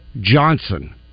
Johnson